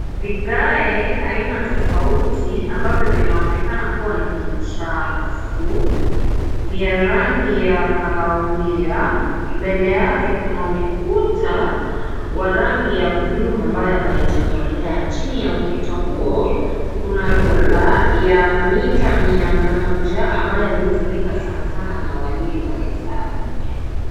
Vigae aina tofauti ambazo vinaonekana kuwa ni vichafu vya rangi ya kahawia, mbele yake kuna ukuta wa rangi ya bluu ambayo haijakolea, chini ya ukuta huo kuna rula ya mita mia moja ambayo hutumika sana sana na walimu wa hesabu.